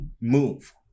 move